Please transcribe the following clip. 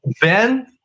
Ben